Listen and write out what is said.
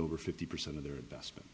over fifty percent of their investment